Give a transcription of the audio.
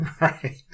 right